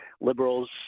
liberals